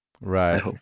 right